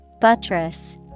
Buttress